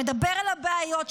שמדבר על הבעיות,